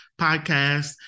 podcast